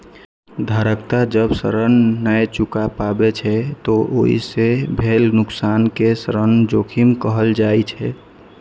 उधारकर्ता जब ऋण नै चुका पाबै छै, ते ओइ सं भेल नुकसान कें ऋण जोखिम कहल जाइ छै